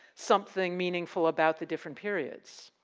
something meaningful about the different periods?